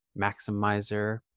maximizer